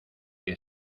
que